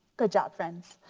good job friends.